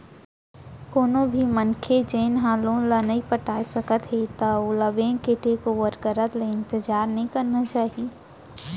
कोनो भी मनसे जेन ह लोन ल नइ पटाए सकत हे त ओला बेंक के टेक ओवर करत ले इंतजार नइ करना चाही